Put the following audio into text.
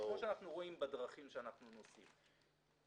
כפי שאנחנו רואים בדרכים שאנחנו נוסעים בהן.